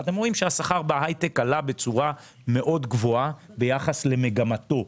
ואתם רואים שהשכר בהייטק עלה בצורה מאוד גבוהה ביחס למגמתו.